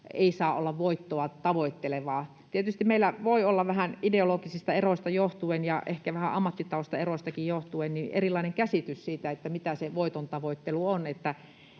ei saa olla voittoa tavoittelevaa. Tietysti meillä voi olla vähän ideologisista eroista johtuen ja ehkä vähän ammattitaustaeroistakin johtuen erilainen käsitys siitä, mitä se voitontavoittelu on.